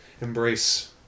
Embrace